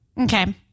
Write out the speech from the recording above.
Okay